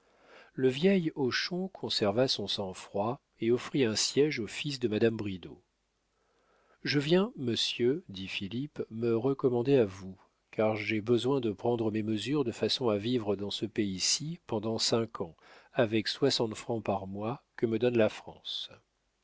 le vieil hochon conserva son sang-froid et offrit un siége au fils de madame bridau je viens monsieur dit philippe me recommander à vous car j'ai besoin de prendre mes mesures de façon à vivre dans ce pays-ci pendant cinq ans avec soixante francs par mois que me donne la france